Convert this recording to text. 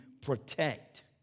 protect